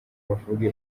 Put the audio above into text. bavuge